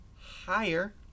higher